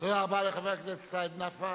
תודה רבה לחבר הכנסת סעיד נפאע.